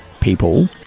people